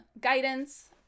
guidance